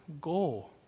goal